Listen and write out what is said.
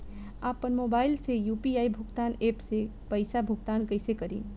आपन मोबाइल से यू.पी.आई भुगतान ऐपसे पईसा भुगतान कइसे करि?